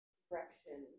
direction